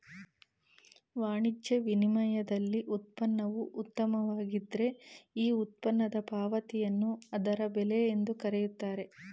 ವಾಣಿಜ್ಯ ವಿನಿಮಯದಲ್ಲಿ ಉತ್ಪನ್ನವು ಉತ್ತಮವಾಗಿದ್ದ್ರೆ ಈ ಉತ್ಪನ್ನದ ಪಾವತಿಯನ್ನು ಅದರ ಬೆಲೆ ಎಂದು ಕರೆಯುತ್ತಾರೆ